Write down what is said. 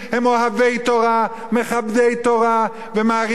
מכבדי תורה ומעריצים את אלו שלומדים תורה,